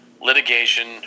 litigation